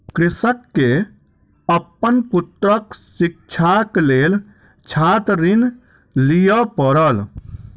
कृषक के अपन पुत्रक शिक्षाक लेल छात्र ऋण लिअ पड़ल